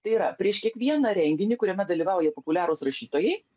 tai yra prieš kiekvieną renginį kuriame dalyvauja populiarūs rašytojai